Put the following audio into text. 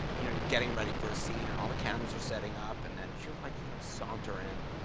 you're getting ready for a scene, and all the cameras are setting up, and and she'll, like you know saunter in.